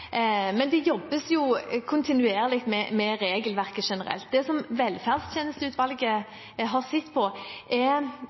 Men det jobbes kontinuerlig med regelverket generelt. Det som velferdstjenesteutvalget